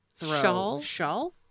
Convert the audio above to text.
shawl